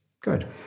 Good